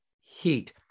heat